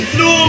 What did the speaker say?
no